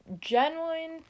genuine